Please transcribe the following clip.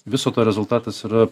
viso to rezultatas yra